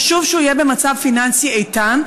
וחשוב שהוא יהיה במצב פיננסי איתן.